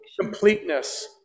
completeness